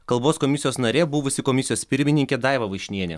kalbos komisijos narė buvusi komisijos pirmininkė daiva vaišnienė